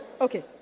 okay